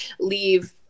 leave